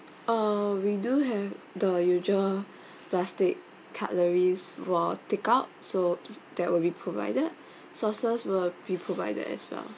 uh we do have the usual plastic cutleries for takeout so that will be provided sauces will be provided as well